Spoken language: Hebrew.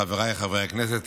חבריי חברי הכנסת,